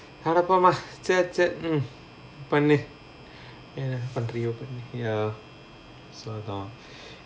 அட போமா சரி சரி:ada pomaa sari sari mm பண்ணு என்ன பண்றியோ பண்ணு:pannu enna pandriyo pannu ya slowdown